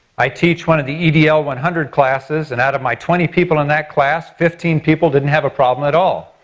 i teach one of the edl one hundred classes, and out of my twenty people in that class, fifteen people didn't have a problem at all.